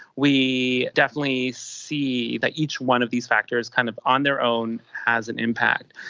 we definitely see that each one of these factors kind of on their own has an impact.